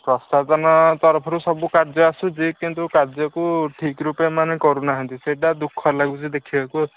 ପ୍ରଶାସନ ତରଫରୁ ସବୁ କାର୍ଯ୍ୟ ଆସୁଛି କିନ୍ତୁ କାର୍ଯ୍ୟକୁ ଠିକ୍ ରୁପେ ଏମାନେ କରୁନାହାନ୍ତି ସେଇଟା ଦୁଃଖ ଲାଗୁଛି ଦେଖିବାକୁ ଆଉ